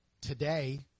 Today